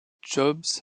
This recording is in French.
jobs